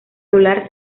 solar